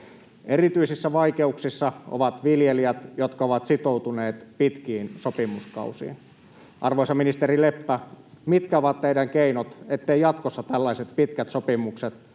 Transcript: Erityisissä vaikeuksissa ovat viljelijät, jotka ovat sitoutuneet pitkiin sopimuskausiin. Arvoisa ministeri Leppä, mitkä ovat teidän keinonne, etteivät jatkossa tällaiset pitkät sopimukset,